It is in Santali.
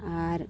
ᱟᱨ